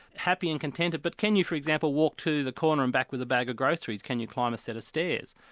happy and contented but can you for example walk to the corner and back with a bag of groceries can you climb a set of stairs?